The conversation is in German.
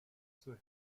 zur